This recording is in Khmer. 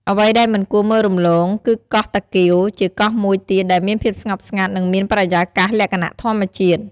អ្វីដែលមិនគួរមើលរំលង គឺកោះតាកៀវ ជាកោះមួយទៀតដែលមានភាពស្ងប់ស្ងាត់ និងមានបរិយាកាសលក្ខណៈធម្មជាតិ។